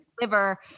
liver